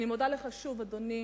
אדוני,